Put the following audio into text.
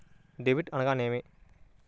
Debit అనగానేమి?